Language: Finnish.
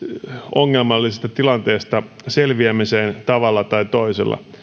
ongelmallisesta tilanteesta selviämiseen tavalla tai toisella